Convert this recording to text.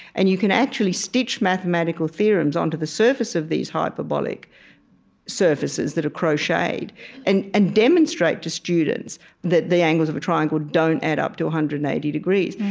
and you can actually stitch mathematical theorems onto the surface of these hyperbolic surfaces that are crocheted and and demonstrate to students that the angles of a triangle don't add up to one hundred and eighty degrees.